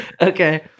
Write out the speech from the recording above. Okay